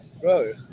bro